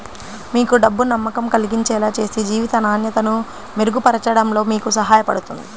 మీకు డబ్బు నమ్మకం కలిగించేలా చేసి జీవిత నాణ్యతను మెరుగుపరచడంలో మీకు సహాయపడుతుంది